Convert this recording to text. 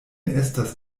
estas